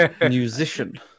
musician